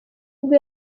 ubwo